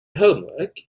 homework